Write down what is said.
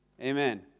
Amen